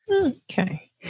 okay